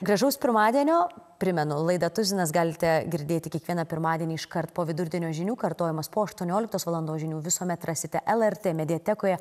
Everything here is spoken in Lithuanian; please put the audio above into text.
gražaus pirmadienio primenu laidą tuzinas galite girdėti kiekvieną pirmadienį iškart po vidurdienio žinių kartojimas po aštuonioliktos valandos žinių visuomet rasite lrt mediatekoje